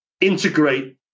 integrate